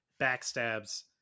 backstabs